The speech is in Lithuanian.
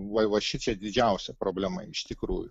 vai va šičia didžiausia problema iš tikrųjų